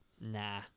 Nah